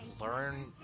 learn